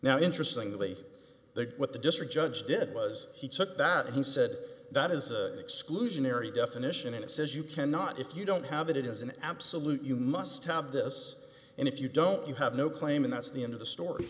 now interestingly the what the district judge did was he took that he said that is a exclusionary definition and it says you cannot if you don't have it it is an absolute you must have this and if you don't you have no claim and that's the end of the story